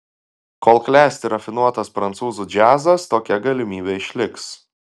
kol klesti rafinuotas prancūzų džiazas tokia galimybė išliks